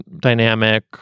dynamic